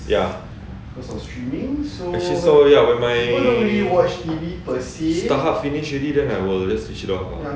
ya actually so when my Starhub finished already then I will just switch it off